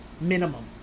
minimum